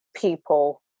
people